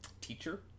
teacher